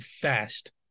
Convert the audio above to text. fast